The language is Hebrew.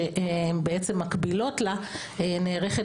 שהן בעצם מקבילות לה, נערכת